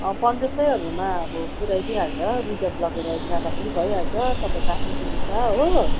पन्ध्र सयहरूमा अब पुराइदिइहाल्छ रिजर्भ लगेर जाँदा पनि भइहाल्छ तपाईँको आफ्नो सुबिस्ता हो